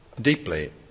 deeply